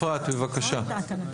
אפרת, בבקשה.